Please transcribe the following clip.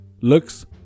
looks